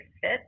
fit